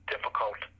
difficult